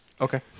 Okay